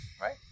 right